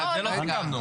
את זה לא סיכמנו.